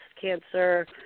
cancer